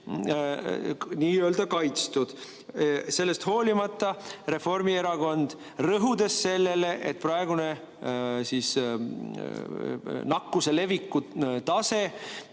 siin n-ö kaitstud. Sellest hoolimata Reformierakond rõhub sellele, et praegune nakkuse leviku tase